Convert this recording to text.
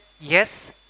yes